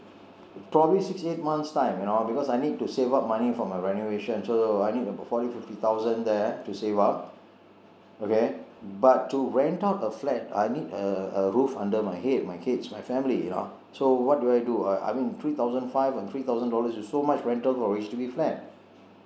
probably six eight months time you know because I need to save up money for my renovation so I need about forty fifty thousand there to save up okay but to rent out a flat I need a a roof under my head my kids my family you know so what do I do I I mean three thousand five and three thousand dollars is so much rental for a H_D_B flat